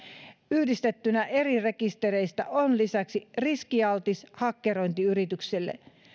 yhdistettynä eri rekistereistä on lisäksi riskialtis hakkerointiyrityksille